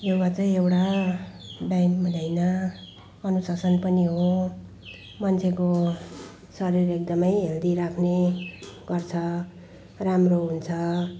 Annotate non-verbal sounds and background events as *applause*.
योगा चाहिँ एउटा *unintelligible* व्यायाम मात्र होइन अनुशासन पनि हो मान्छेको शरीर एकदमै हेल्दी राख्ने गर्छ राम्रो हुन्छ